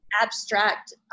abstract